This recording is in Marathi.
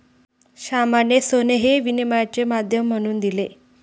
श्यामाने सोने हे विनिमयाचे माध्यम म्हणून दिले